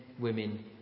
women